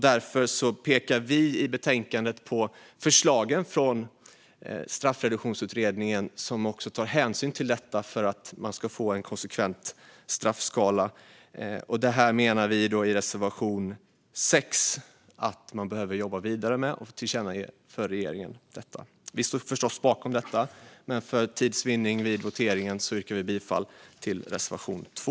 Därför pekar vi i betänkandet på förslagen från Ungdomsreduktionsutredningen som också tar hänsyn till detta för att det ska bli en konsekvent straffskala. Vi menar i reservation 6 att man behöver jobba vidare med detta och att detta bör tillkännages för regeringen. Vi står förstås bakom detta. Men för tids vinnande vid voteringen yrkar vi bifall endast till reservation 2.